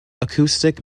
acoustic